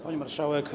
Pani Marszałek!